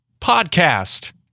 podcast